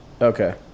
Okay